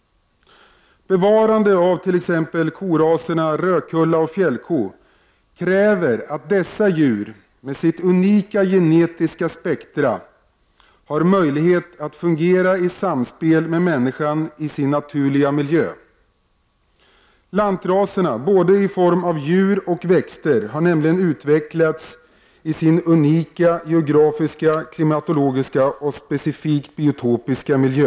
Bevarande av t.ex. koraserna rödkullig och fjällko kräver att dessa djur, med sitt unika genetiska spektrum, har möjlighet att fungera i samspel med människan i sin naturliga miljö. Lantraserna, liksom de icke förädlade växterna, har nämligen utvecklats i sin unika geografiska, klimatologiska och specifikt biotopiska miljö.